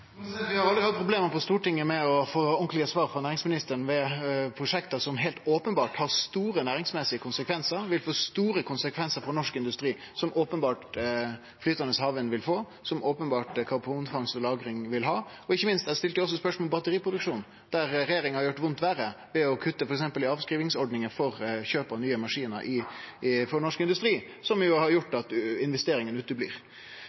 Vi har aldri hatt problem på Stortinget med å få ordentlege svar frå næringsministeren om prosjekt som heilt openbert har store næringsmessige konsekvensar, vil få store konsekvensar for norsk industri, som flytande havvind openbert vil få, og som karbonfangst og -lagring openbert vil ha. Og ikkje minst: Eg stilte spørsmål om batteriproduksjon, der regjeringa har gjort vondt verre ved å kutte f.eks. i avskrivingsordningar for kjøp av nye maskinar for norsk industri, som jo har